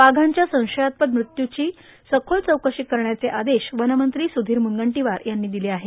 वाघांच्या संशयास्पद मृत्यूची सखोल चौकशी करण्याचे आदेश वनमंत्री स्धीर मूनगंटीवार यांनी दिले आहे